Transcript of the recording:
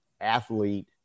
athlete